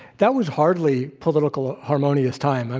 that was hardly political harmonious time. and